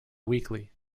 weekly